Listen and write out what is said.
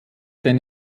den